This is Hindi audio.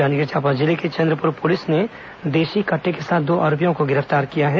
जांजगीर चांपा जिले के चंद्रपुर पुलिस ने देशी कटटे के साथ दो आरोपियों को गिरफ्तार किया है